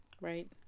Right